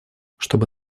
чтобы